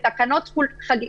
והוא עניין השקיפות.